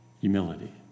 Humility